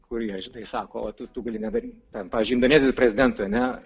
kurie žinai sako vat tu tu gali nedaryt ten pavyzdžiui indonezijos prezidentui ar ne